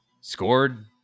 Scored